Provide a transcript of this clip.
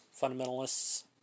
fundamentalists